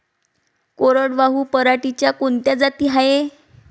कोरडवाहू पराटीच्या कोनच्या जाती हाये?